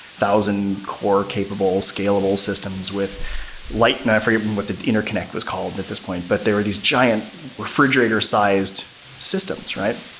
thousand-core capable, scalable systems with light, and i forgot what the interconnect was called at this point, but they were these giant refrigerator-sized systems, right?